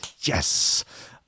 Yes